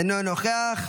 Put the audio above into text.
אינו נוכח,